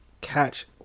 catch